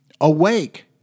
Awake